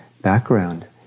background